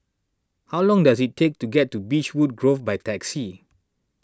how long does it take to get to Beechwood Grove by taxi